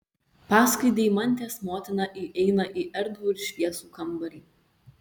paskui deimantės motiną įeina į erdvų ir šviesų kambarį